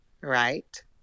right